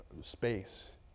space